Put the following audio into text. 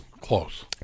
Close